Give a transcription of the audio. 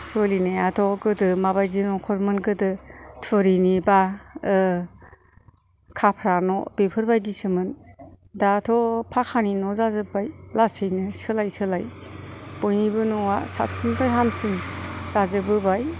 सोलिनायाथ' गोदो माबायदि न'खरमोन गोदो थुरिनिबा खाफ्रा न' बेफोर बायदिसोमोन दाथ' फाखानि न' जाजोब्बाय लासैनो सोलाय सोलाय बयनिबो न'आ साबसिननिफ्राय हामसिन जाजोबबोबाय